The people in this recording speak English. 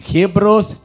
Hebrews